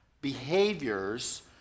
behaviors